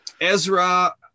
ezra